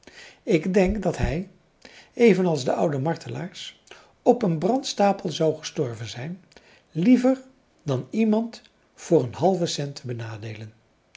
ik denk dat hij evenals de oude martelaars op een brandstapel zou gestorven zijn liever dan iemand voor een halven cent